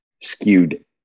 skewed